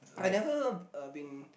I never uh been